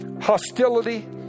hostility